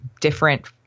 different